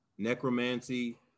necromancy